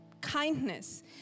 Kindness